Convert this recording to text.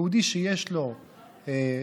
יהודי שיש לו דין,